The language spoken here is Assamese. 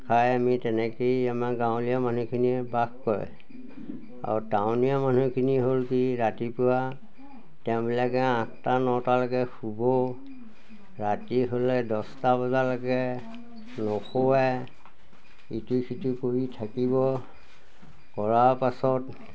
খাই আমি তেনেকৈয়ে আমাৰ গাঁৱলীয়া মানুহখিনিয়ে বাস কৰে আৰু টাউনীয়া মানুহখিনি হ'ল কি ৰাতিপুৱা তেওঁবিলাকে আঠটা নটালৈকে শুব ৰাতি হ'লে দহটা বজালৈকে নুশুৱে ইটো সিটো কৰি থাকিব কৰাৰ পাছত